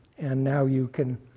and now, you can